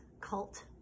cult